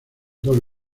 dos